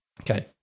Okay